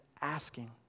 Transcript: asking